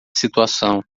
situação